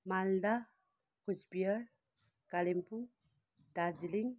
Malda Cooch Behar Kalimpong Darjeeling